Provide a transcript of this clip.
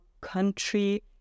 country